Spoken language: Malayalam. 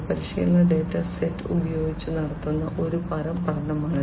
പരിശീലന ഡാറ്റാ സെറ്റ് ഉപയോഗിച്ച് നടത്തുന്ന ഒരു തരം പഠനമാണിത്